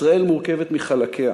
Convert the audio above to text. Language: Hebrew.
ישראל מורכבת מחלקיה.